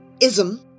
ism